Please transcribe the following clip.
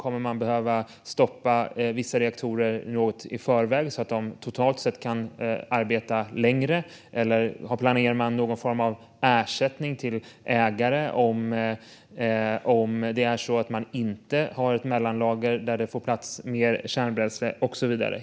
Kommer man att behöva stoppa vissa reaktorer i förväg, så att de totalt sett kan arbeta längre? Eller planerar man någon form av ersättning till ägare om man inte har ett mellanlager där det får plats mer kärnbränsle och så vidare?